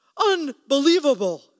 Unbelievable